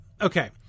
Okay